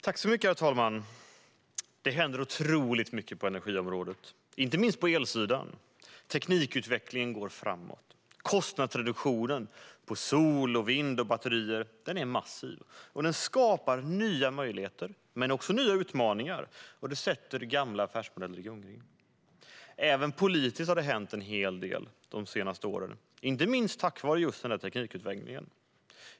Herr talman! Det händer otroligt mycket på energiområdet, inte minst på elsidan. Teknikutvecklingen går framåt. Kostnadsreduktionen på sol, vind och batterier är massiv, och det skapar nya möjligheter och nya utmaningar och sätter gamla affärsmodeller i gungning. Även politiskt har det hänt mycket de senaste åren, inte minst tack vare den här teknikutvecklingen.